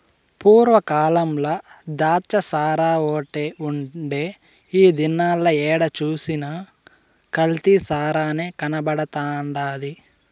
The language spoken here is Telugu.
పూర్వ కాలంల ద్రాచ్చసారాఓటే ఉండే ఈ దినాల ఏడ సూసినా కల్తీ సారనే కనబడతండాది